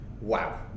wow